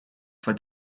for